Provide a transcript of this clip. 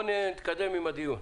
נתקדם עם הדיון.